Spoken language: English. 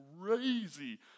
crazy